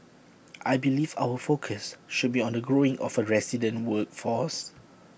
I believe our focus should be on the growing of A resident workforce